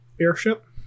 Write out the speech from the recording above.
Airship